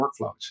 workflows